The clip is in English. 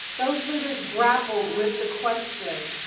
those leaders grappled with the question,